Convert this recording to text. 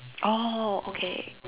oh okay